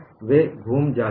वे घूम जाती हैं